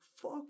fuck